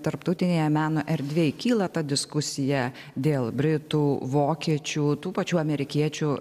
tarptautinėje meno erdvėj kyla ta diskusija dėl britų vokiečių tų pačių amerikiečių